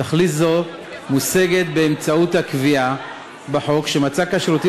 תכלית זאת מושגת באמצעות הקביעה בחוק שמצג כשרותי